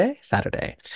Saturday